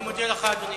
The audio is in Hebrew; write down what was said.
אני מודה לך, אדוני.